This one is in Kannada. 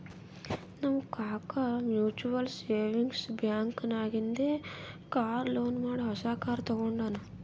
ನಮ್ ಕಾಕಾ ಮ್ಯುಚುವಲ್ ಸೇವಿಂಗ್ಸ್ ಬ್ಯಾಂಕ್ ನಾಗಿಂದೆ ಕಾರ್ ಲೋನ್ ಮಾಡಿ ಹೊಸಾ ಕಾರ್ ತಗೊಂಡಾನ್